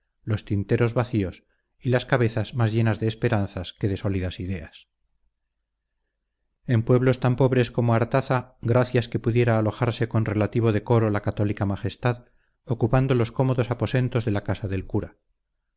los tinteros vacíos y las cabezas más llenas de esperanzas que de sólidas ideas en pueblos tan pobres como artaza gracias que pudiera alojarse con relativo decoro la católica majestad ocupando los cómodos aposentos de la casa del cura